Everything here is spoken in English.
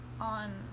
on